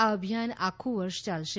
આ અભિયાન આખું વર્ષ યાલશે